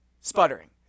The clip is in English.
sputtering